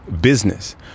business